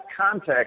context